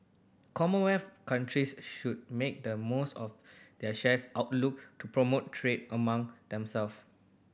commonwealth countries should make the most of there shares outlook to promote trade among themselves